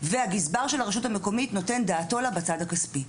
והגזבר של הרשות המקומית נותן דעתו לה בצד הכספי.